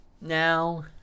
Now